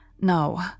No